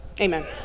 amen